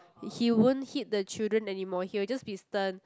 he won't hit the children anymore he will just be stern